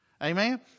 Amen